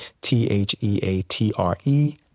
T-H-E-A-T-R-E